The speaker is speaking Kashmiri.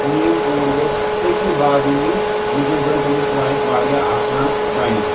میٲنۍ کورِ گژھِ تٔتھی باغن ینۍ یتؠن زن تٔمِس لایف واریاہ آسان بنہِ